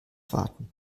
warten